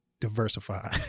diversify